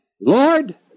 Lord